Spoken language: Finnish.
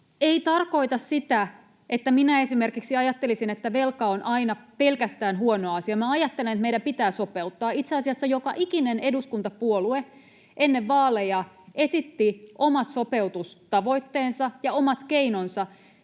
ei tarkoita sitä, että minä esimerkiksi ajattelisin, että velka on aina pelkästään huono asia. Minä ajattelen, että meidän pitää sopeuttaa. Itse asiassa joka ikinen eduskuntapuolue ennen vaaleja esitti omat sopeutustavoitteensa ja omat keinonsa.